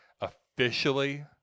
officially